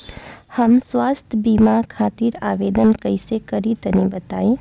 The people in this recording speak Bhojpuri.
हम स्वास्थ्य बीमा खातिर आवेदन कइसे करि तनि बताई?